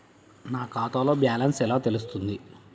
నా ఖాతాలో బ్యాలెన్స్ ఎలా తెలుస్తుంది?